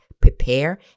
prepare